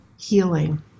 healing